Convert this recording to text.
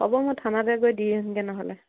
হ'ব মই থানাতে গৈ দি আহিমগৈ নহ'লে